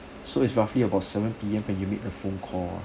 so it's roughly about seven P_M when you make a phone call